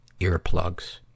Earplugs